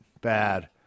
bad